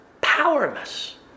powerless